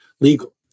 legal